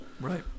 Right